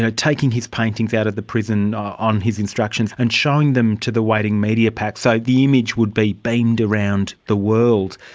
ah taking his paintings out of the prison on his instructions and showing them to the waiting media pack so the image would be beamed around the world.